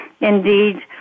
indeed